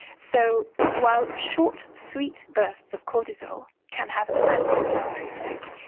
so, while short sweet bursts of cortisol can have an antiinflammatory effect,